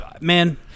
man